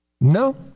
No